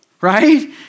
right